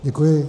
Děkuji.